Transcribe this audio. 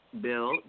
Bill